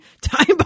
time